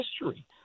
history